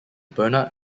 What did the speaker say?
bernard